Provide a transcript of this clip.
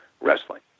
wrestling